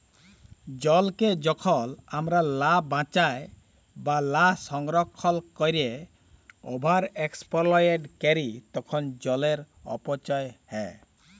জলকে যখল আমরা লা বাঁচায় বা লা সংরক্ষল ক্যইরে ওভার এক্সপ্লইট ক্যরি তখল জলের অপচয় হ্যয়